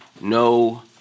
No